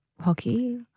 hockey